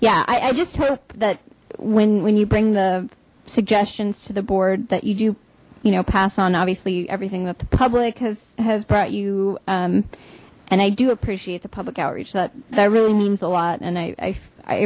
yeah i just hope that when when you bring the suggestions to the board that you do you know pass on obviously everything that the public has has brought you and i do appreciate the public outrage that that really means a lot and i